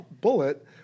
bullet